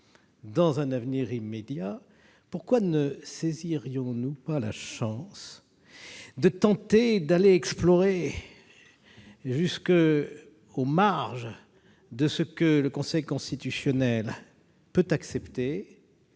dans un avenir immédiat, pourquoi ne saisirions-nous pas la chance de tenter d'aller explorer les marges de ce que le Conseil constitutionnel peut accepter